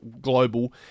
global